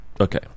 Okay